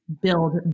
build